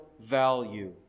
value